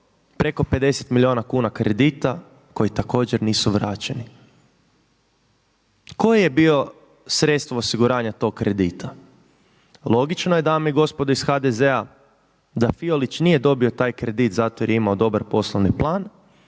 preko 50 milijuna kuna kredita koji također nisu vraćeni. Koje je bilo sredstvo osiguranja tog kredita? Logično je dame i gospodo iz HDZ-a da Fiolić nije dobio taj kredit zato jer je imamo dobar poslovni plan,